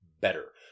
better